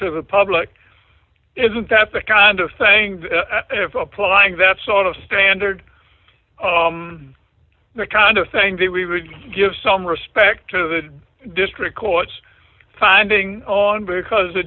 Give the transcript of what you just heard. to the public isn't that the kind of thing applying that sort of standard the kind of thing that we would give some respect to the district court's finding on because the